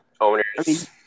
owners